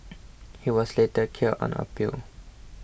he was later cleared on appeal